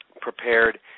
prepared